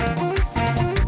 now and then